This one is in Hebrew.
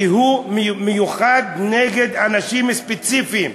כי הוא מיוחד נגד אנשים ספציפיים,